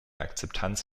akzeptanz